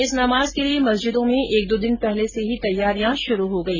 इस नमाज के लिये मस्जिदों में एक दो दिन पहले से ही तैयारिया शुरू हो गई